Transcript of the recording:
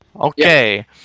Okay